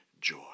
joy